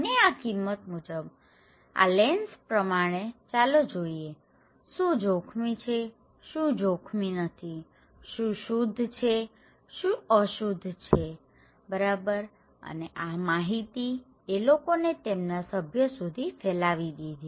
અને આ કિંમત મુજબઆ લેન્સ પ્રમાણે ચાલો જોઈએ શું જોખમી છે શું જોખમી નથીશું શુદ્ધ છે શું અશુદ્ધ છે બરાબર અને આ માહિતી એ લોકોએ તેમના સભ્યો સુધી ફેલાવી દીધી